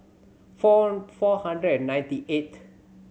four four hundred and ninety eight